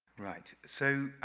right. so,